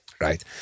right